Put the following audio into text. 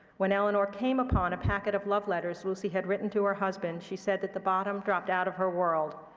when eleanor came upon a packet of love letters lucy had written to her husband, she said that the bottom dropped out of her world.